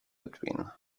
between